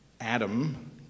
Adam